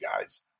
guys